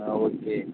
ஆ okay